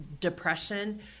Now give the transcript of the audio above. depression